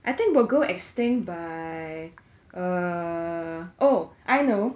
I think we'll go extinct by uh oh I know